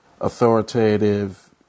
authoritative